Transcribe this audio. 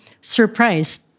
surprised